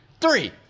Three